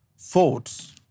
thoughts